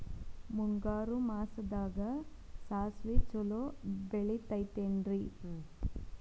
ಮುಂಗಾರು ಮಾಸದಾಗ ಸಾಸ್ವಿ ಛಲೋ ಬೆಳಿತೈತೇನ್ರಿ?